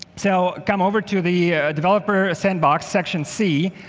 so come over to the developer sandbox section c,